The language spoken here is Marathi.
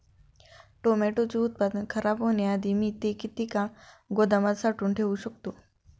टोमॅटोचे उत्पादन खराब होण्याआधी मी ते किती काळ गोदामात साठवून ठेऊ शकतो?